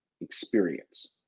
experience